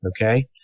Okay